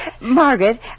Margaret